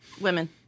Women